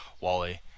Wally